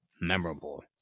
memorable